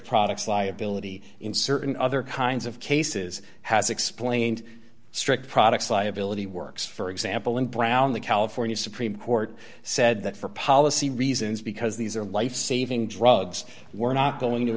products liability in certain other kinds of cases has explained strict products liability works for example in brown the california supreme court said that for policy reasons because these are lifesaving drugs we're not going to